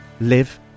live